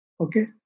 okay